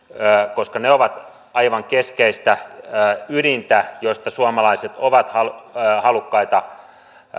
koska ne ovat aivan keskeistä ydintä josta suomalaiset ovat halukkaita